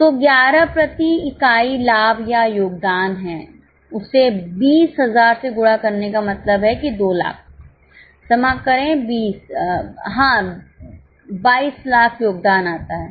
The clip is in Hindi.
तो 11 प्रति इकाई लाभ या योगदान है उसे 20000 से गुणा करने पर मतलब है कि 2 लाख क्षमा करें 20 हाँ 220000 योगदान आता है